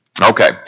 Okay